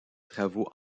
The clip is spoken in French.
travaux